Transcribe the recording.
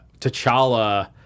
T'Challa